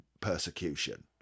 persecution